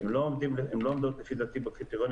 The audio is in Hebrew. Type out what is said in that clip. הן לא עומדות לפי דעתי בקריטריונים